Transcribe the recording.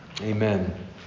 Amen